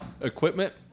equipment